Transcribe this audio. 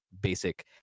basic